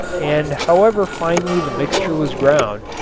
and however finely the mixture was ground,